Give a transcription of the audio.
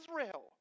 Israel